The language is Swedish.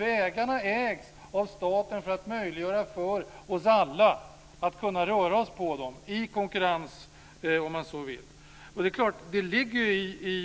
Vägarna ägs av staten för att det ska vara möjligt för oss alla att röra oss på dem, i konkurrens om man så vill.